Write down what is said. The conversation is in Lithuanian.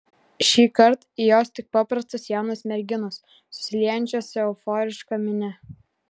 šįkart jos tik paprastos jaunos merginos susiliejančios su euforiška minia